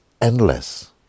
endless